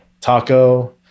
taco